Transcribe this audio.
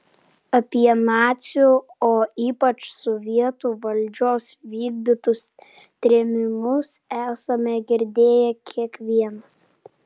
apie nacių o ypač sovietų valdžios vykdytus trėmimus esame girdėję kiekvienas